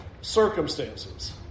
circumstances